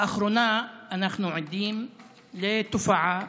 לאחרונה אנחנו עדים לתופעה